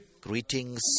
greetings